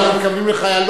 יושבות כאן קצינות,